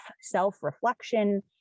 self-reflection